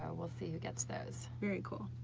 ah we'll see who gets those. very cool.